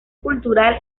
cultural